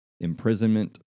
imprisonment